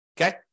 Okay